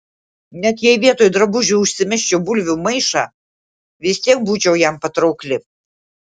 net jei vietoj drabužių užsimesčiau bulvių maišą vis tiek būčiau jam patraukli